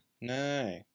No